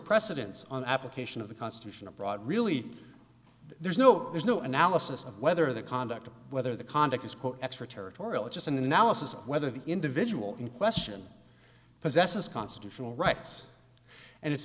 precedents on application of the constitution abroad really there's no there's no analysis of whether the conduct of whether the conduct is quote extraterritorial it's an analysis of whether the individual in question possesses constitutional rights and it's